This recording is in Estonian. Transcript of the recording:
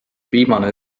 viimane